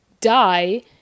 die